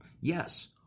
Yes